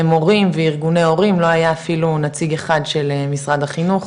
מורים וארגוני הורים לא היה אפילו נציג אחד של משרד החינוך